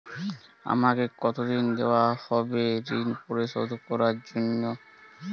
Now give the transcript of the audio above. আমাকে কতদিন দেওয়া হবে ৠণ পরিশোধ করার জন্য?